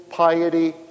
Piety